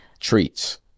Treats